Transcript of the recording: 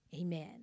amen